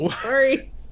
sorry